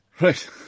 Right